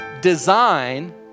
design